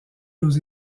aux